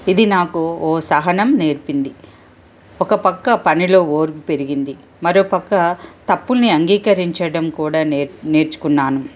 ఇది నాకు ఓ సహనం నేర్పింది ఒక పక్క పనిలో ఓర్పు పెరిగింది మరో పక్క తప్పుల్ని అంగీకరించడం కూడా నేర్చుకున్నాను